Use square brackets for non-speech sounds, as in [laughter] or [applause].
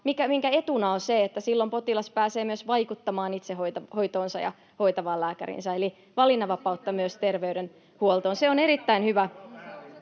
minkä etuna on se, että silloin potilas pääsee myös vaikuttamaan itse hoitoonsa ja hoitavaan lääkäriinsä, eli valinnanvapautta myös terveydenhuoltoon. [noise] Se on erittäin hyvä